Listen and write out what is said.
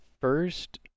first